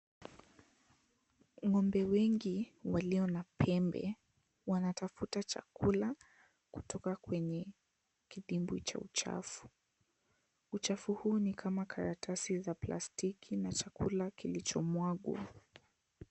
Ng'ombe wengi walio na pembe wanatafuta chakula kutoka kwenye kidimbwi cha uchafu uchafu huu ni kama karatasi na plastiki na chakula kilicho mwagwa.